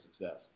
success